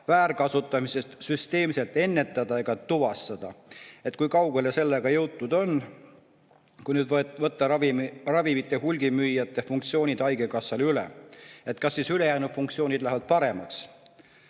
väärkasutamist süsteemselt ennetada ega tuvastada. Kui kaugele sellega jõutud on? Kui nüüd võtta ravimite hulgimüüjate funktsioonid haigekassale üle, kas siis ülejäänud funktsioonid lähevad paremaks?